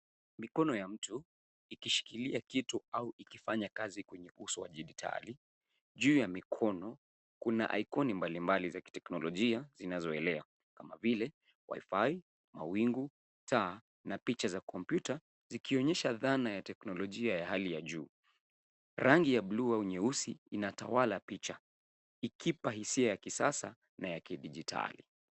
Mikono ya mtu ikishikilia kitu au kufanya kazi kwenye uso wa dijitali juu ya mkono kuna icon mbalimbali zakiteknolojia zinazoelea kama vile wifi, mawingu, taa na picha za kompyuta zikionyesha dhana ya teknolojia ya hali ya juu. Rangi ya bluu au nyeusi inatawala picha ikipa hisia ya kisasa na ya kidijitali.